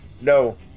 no